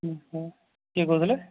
କିଏ କହୁଥିଲେ